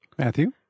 Matthew